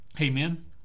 Amen